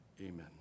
Amen